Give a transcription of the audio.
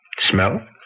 Smell